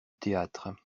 théâtre